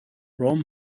رُم